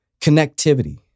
connectivity